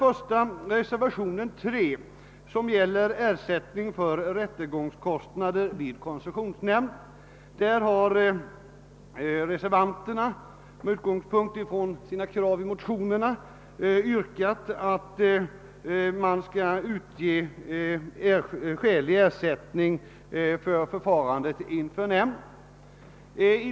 I reservation III, som gäller ersättning för rättegångskostnader i koncessionsnämnden, yrkas med utgångspunkt i motionskrav att skälig ersättning skall utges för förfarandet inför nämnden.